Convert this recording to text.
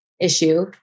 issue